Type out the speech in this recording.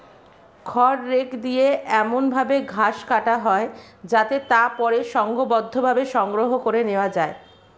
খড় রেক দিয়ে এমন ভাবে ঘাস কাটা হয় যাতে তা পরে সংঘবদ্ধভাবে সংগ্রহ করে নেওয়া যায়